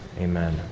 Amen